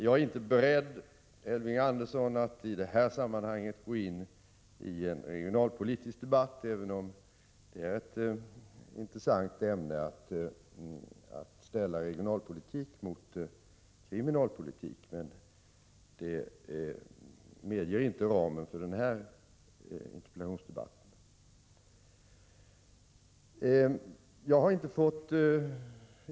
Jag är, Elving Andersson, inte beredd att i detta sammanhang gå in i en regionalpolitisk debatt, även om det vore intressant att ställa regionalpolitik mot kriminalpolitik. Ramen för denna interpellationsdebatt medger inte detta.